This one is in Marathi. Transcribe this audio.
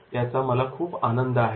याचा मला खूप आनंद आहे